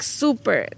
super